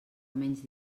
menys